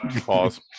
Pause